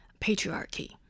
patriarchy